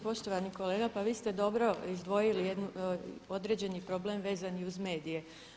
Poštovani kolega pa vi ste dobro izdvojili jedan određeni problem vezan i uz medije.